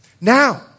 Now